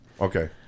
okay